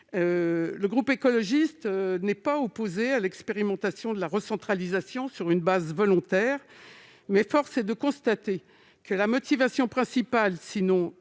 Le groupe écologiste n'est pas opposé à l'expérimentation de la recentralisation sur une base volontaire, mais force est de constater que la motivation principale, sinon unique,